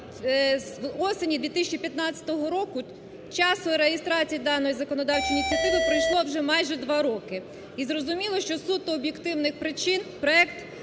з осені 2015 року, з часу реєстрації даної законодавчої ініціативи пройшло вже майже два роки. І, зрозуміло, що з суто об'єктивних причин проект